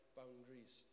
boundaries